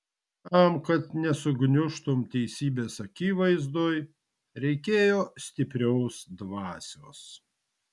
tam kad nesugniužtum teisybės akivaizdoj reikėjo stiprios dvasios